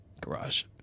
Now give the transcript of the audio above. Garage